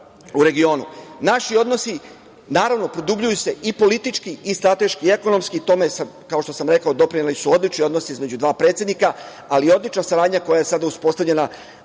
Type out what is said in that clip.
u regionu. Naši odnosi, naravno, produbljuju se i politički, i strateški i ekonomski, tome su doprineli odlični odnosi između dva predsednika, ali odlična saradnja koja sada uspostavljena